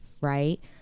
right